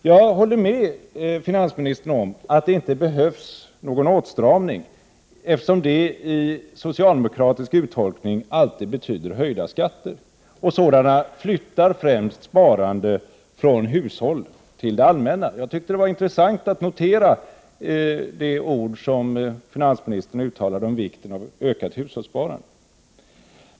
Jag håller med finansministern om att det inte behövs någon åtstramning, eftersom detta i socialdemokratisk uttolkning alltid betyder höjda skatter, och sådana flyttar främst sparande från hushåll till det allmänna. Det var intressant att notera de ord som finansministern uttalade om vikten av ett ökat hushållssparande.